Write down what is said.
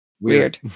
Weird